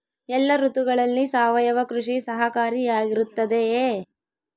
ಎಲ್ಲ ಋತುಗಳಲ್ಲಿ ಸಾವಯವ ಕೃಷಿ ಸಹಕಾರಿಯಾಗಿರುತ್ತದೆಯೇ?